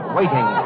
waiting